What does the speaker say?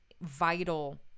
vital